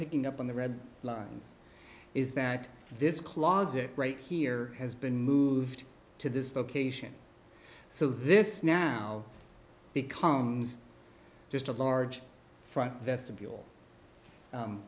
picking up on the red lines is that this clause it right here has been moved to this location so this now becomes just a large front vestibule